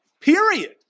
Period